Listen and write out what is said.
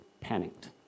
panicked